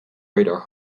radar